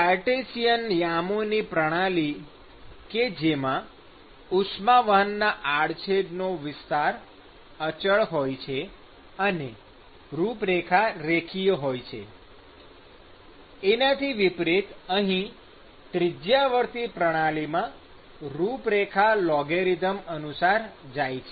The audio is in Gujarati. કાર્ટેશિયન યામોની પ્રણાલી કે જેમાં ઉષ્મા વહનના આડછેદનો વિસ્તાર અચળ હોય છે અને રૂપરેખા રેખીય હોય છે એનાથી વિપરીત અહી ત્રિજ્યાવર્તી પ્રણાલીમાં રૂપરેખા લોગેરિધમ અનુસાર જાય છે